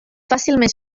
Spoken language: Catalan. fàcilment